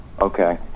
okay